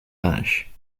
vanish